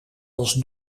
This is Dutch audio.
als